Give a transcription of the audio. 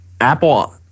Apple –